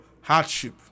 hardship